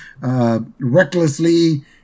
recklessly